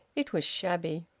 it was shabby.